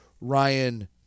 Ryan